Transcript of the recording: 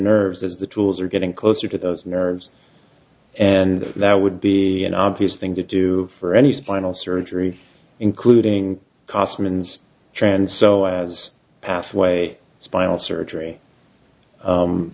nerves as the tools are getting closer to those nerves and that would be an obvious thing to do for any spinal surgery including cost women's trend so as pathway spinal surgery